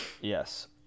Yes